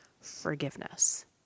forgiveness